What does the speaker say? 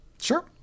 Sure